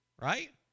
right